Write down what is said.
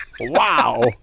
wow